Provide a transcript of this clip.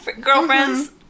girlfriends